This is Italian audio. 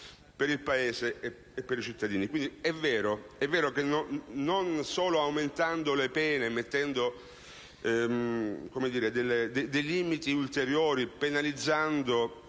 per il Paese e per i cittadini.